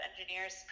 engineers